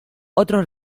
otros